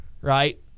Right